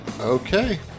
okay